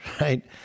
right